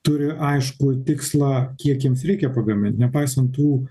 turi aiškų tikslą kiek jiems reikia pagamint nepaisant tų